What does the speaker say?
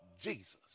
Jesus